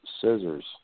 scissors